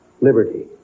liberty